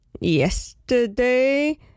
yesterday